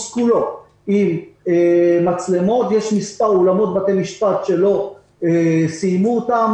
כולו עם מצלמות ויש מספר אולמות בתי משפט שלא סיימו אותם.